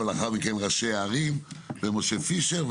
ולאחר מכן ראשי הערים ומשה פישר,